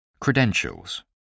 Credentials